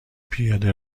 پیاده